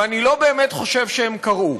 ואני לא באמת חושב שהם קראו.